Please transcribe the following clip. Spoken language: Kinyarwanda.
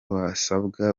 basabwa